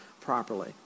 properly